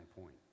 point